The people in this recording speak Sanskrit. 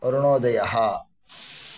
अरुणोदयः